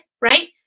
right